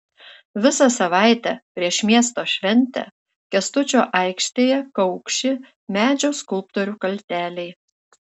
visą savaitę prieš miesto šventę kęstučio aikštėje kaukši medžio skulptorių kalteliai